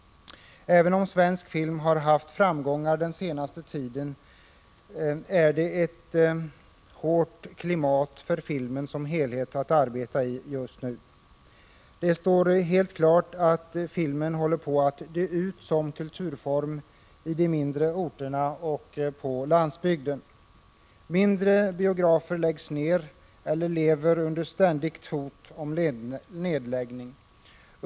Även om svensk film haft framgångar under den senaste tiden är det ett hårt klimat för filmen som helhet att arbeta i just nu. Det står helt klart att filmen håller på att dö ut som kulturform i de mindre orterna och på landsbygden. Mindre biografer läggs ned eller lever under ständigt hot om nedläggning.